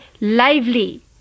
lively